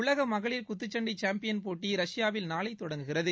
உலக மகளிர் குத்துச்சண்டை சாம்பியன் போட்டி ரஷ்யாவில் நாளை தொடங்குகிறது